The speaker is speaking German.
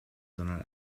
sondern